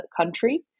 country